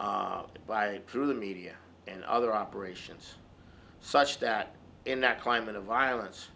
states by through the media and other operations such that in a climate of violence